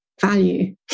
value